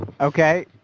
Okay